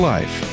Life